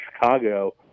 Chicago